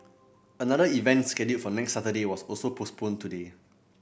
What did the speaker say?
another event scheduled for next Saturday was also postponed today